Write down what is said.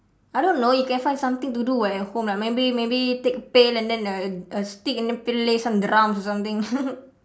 I don't know you can find something to do [what] at home like maybe maybe take a pail and then a a stick and then play some drums or something